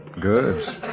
Good